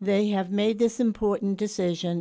they have made this important decision